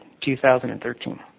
2013